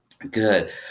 Good